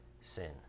sin